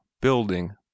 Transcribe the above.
building